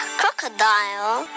crocodile